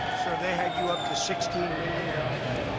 so they had you up to sixteen million dollars.